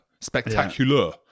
Spectacular